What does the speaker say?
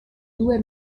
due